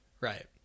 Right